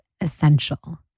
essential